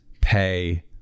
pay